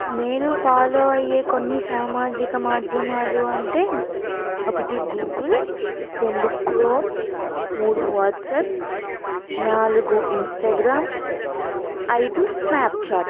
నేను ఫాలో అయ్యే కొన్ని సామాజిక మాధ్యమాలు అంటే ఒకటి గూగుల్ రెండు క్రోమ్ మూడు వాట్సాప్ నాలుగు ఇన్స్టాగ్రామ్ ఐదు స్నాప్చాట్